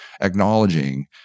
acknowledging